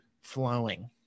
flowing